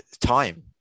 time